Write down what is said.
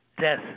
death